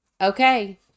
okay